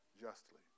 justly